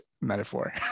metaphor